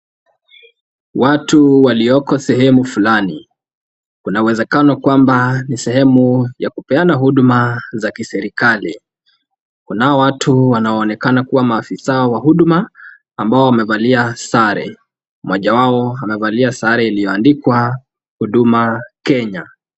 Watu walioko sehemu fulani. Kuna uwezekano kwamba ni sehemu ya kupeana huduma za kiserikali. Kunao watu wanaonekana kuwa maafisa wa huduma ambao wamevalia sare. Moja wao amevalia sare iliyoandikwa Huduma Kenya.